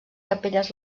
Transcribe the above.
capelles